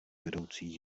vedoucí